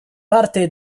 parte